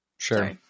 Sure